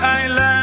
island